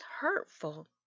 hurtful